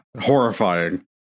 horrifying